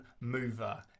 mover